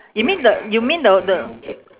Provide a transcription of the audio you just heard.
you mean the you mean the the